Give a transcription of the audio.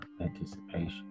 anticipation